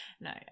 no